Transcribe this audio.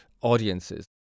audiences